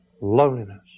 loneliness